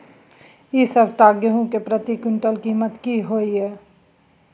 इ सप्ताह गेहूं के प्रति क्विंटल कीमत की हय?